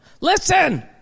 Listen